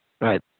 right